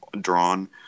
drawn